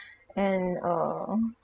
and uh